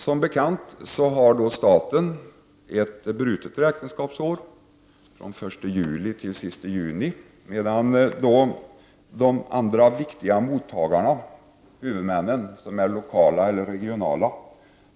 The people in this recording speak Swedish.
Som bekant har staten ett brutet räkenskapsår från den första juli till den sista juni. Men mottagarna, huvudmännen, som kan vara lokala eller regionala,